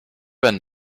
been